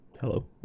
Hello